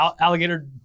alligator